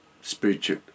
spiritual